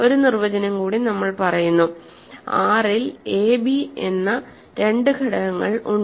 ഒരു നിർവചനം കൂടി നമ്മൾ പറയുന്നു R ൽ a b എന്ന രണ്ട് ഘടകങ്ങൾ ഉണ്ട്